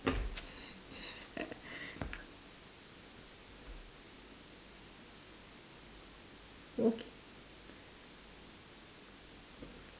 okay